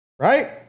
Right